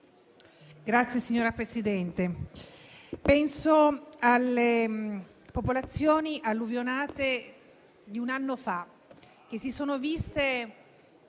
Signora Presidente, penso alle popolazioni alluvionate di un anno fa, che si sono viste